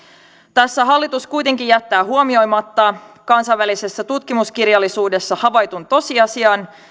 tässä hallitus kuitenkin jättää huomioimatta kansainvälisessä tutkimuskirjallisuudessa havaitun tosiasian